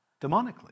demonically